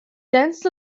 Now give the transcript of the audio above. danced